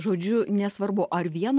žodžiu nesvarbu ar vieno